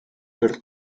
per